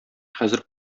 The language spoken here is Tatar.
хәзер